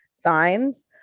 signs